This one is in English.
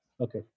Okay